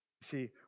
See